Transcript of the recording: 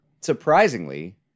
Surprisingly